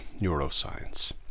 neuroscience